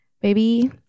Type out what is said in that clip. Baby